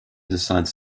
decides